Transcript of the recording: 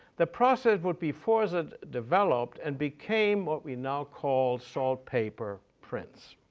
the process would be further developed and became what we now call salt-paper prints.